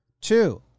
Two